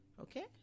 Okay